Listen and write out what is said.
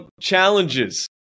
Challenges